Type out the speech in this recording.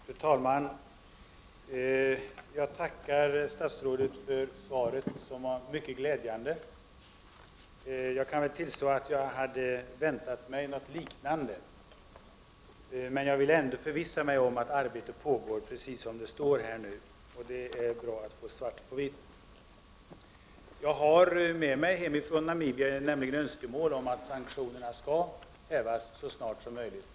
Fru talman! Jag tackar statsrådet för svaret som var mycket glädjande. Jag kan väl tillstå att jag också hade väntat mig något liknande. Men jag ville ändå förvissa mig om att arbete pågår precis som det står i svaret. Det är ju bra att få svart på vitt. Jag har fått med mig hem från Namibia önskemål om att sanktionerna skall hävas så snart som möjligt.